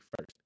first